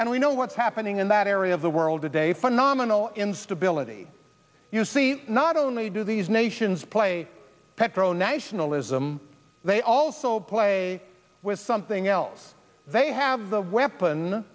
and we know what's happening in that area of the world today phenomenal instability you see not only do these nations play petro nationalism they also play with something else they have the weapon